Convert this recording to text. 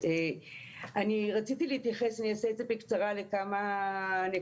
אני רציתי להתייחס, אעשה במספר נקודות.